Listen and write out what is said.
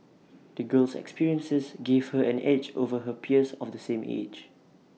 the girl's experiences gave her an edge over her peers of the same age